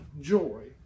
joy